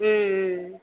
ம் ம் ம்